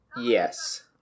Yes